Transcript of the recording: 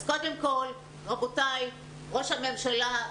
אז קודם כל, רבותיי, ראש הממשלה,